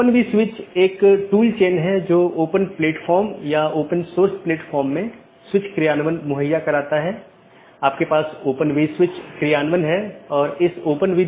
दूसरे अर्थ में जब मैं BGP डिवाइस को कॉन्फ़िगर कर रहा हूं मैं उस पॉलिसी को BGP में एम्बेड कर रहा हूं